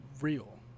real